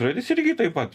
raidės irgi taip pat